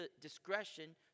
discretion